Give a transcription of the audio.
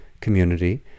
community